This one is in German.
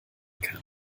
kann